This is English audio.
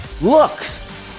looks